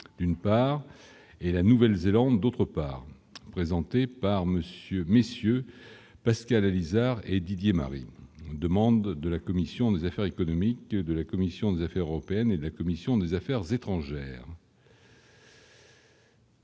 d'une part et la Nouvelle-Zélande, d'autre part, présenté par Monsieur messieurs Pascal Alizart et Didier Marie demande de la commission des affaires économiques de la commission des affaires européennes et la commission des Affaires étrangères.